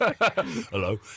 Hello